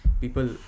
people